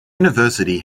university